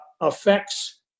affects